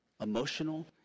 emotional